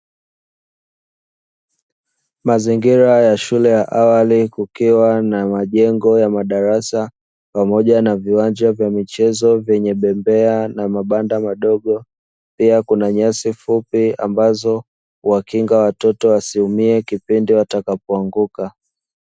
Mazingira ya shule ya awali, kukiwa na majengo ya madarasa pamoja na viwanja vya michezo vyenye bembea na mabanda madogo, pia kuna nyasi fupi ambazo huwakinga watoto wasiumie, kipindi watakapoanguka.